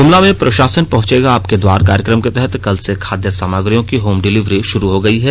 गुमला में प्रशासन पहुंचेगा आपके द्वार कार्यक्रम के तहत कल से खाद्य सामग्रियों की होम डिलीवरी शुरू हो गई है